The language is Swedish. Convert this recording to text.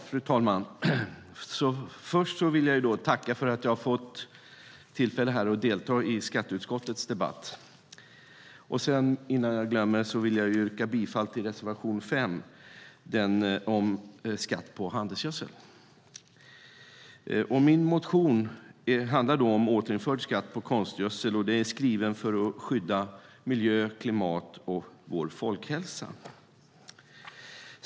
Fru talman! Först vill jag tacka för att jag fått tillfälle att delta i skatteutskottets debatt. Sedan vill jag yrka bifall till reservation 5 om skatt på handelsgödsel. Min motion om återinförd skatt på konstgödsel är skriven för att skydda miljön, klimatet och vår folkhälsa.